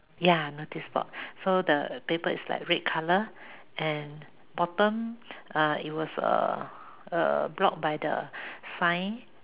ya notice board so the paper is like red color and bottom uh it was uh blocked by the sign